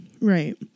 Right